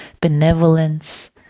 benevolence